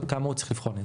אבל כאמור צריך לבחון.